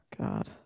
God